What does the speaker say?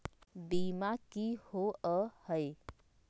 बीमा की होअ हई?